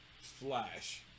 Flash